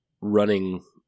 running